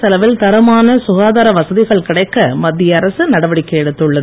செலவில் தரமான சுகாதார வசதிகள் கிடைக்க மத்திய அரசு நடவடிக்கை எடுத்துள்ளது